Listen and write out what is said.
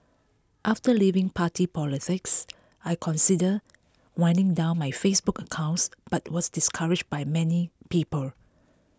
after leaving party politics I considered winding down my Facebook accounts but was discouraged by many people